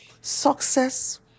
Success